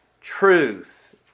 truth